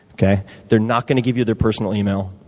they're not going to give you their personal email.